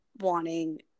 wanting